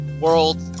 World